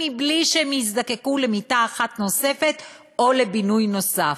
בלי שהם יזדקקו למיטה אחת נוספת או לבינוי נוסף.